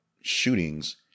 shootings